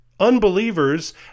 unbelievers